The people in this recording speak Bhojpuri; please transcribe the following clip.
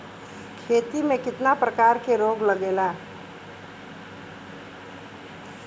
खेती में कितना प्रकार के रोग लगेला?